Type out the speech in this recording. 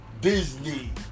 Disney